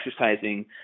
exercising